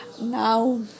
Now